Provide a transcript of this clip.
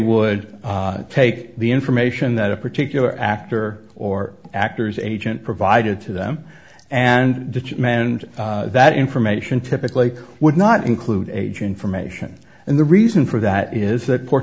would take the information that a particular actor or actor's agent provided to them and ditch men and that information typically would not include age information and the reason for that is that